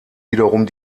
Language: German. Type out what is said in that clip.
wiederum